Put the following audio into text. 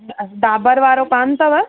डॉबर वारो कोन अथव